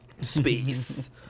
Space